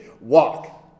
walk